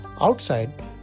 Outside